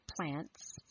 plants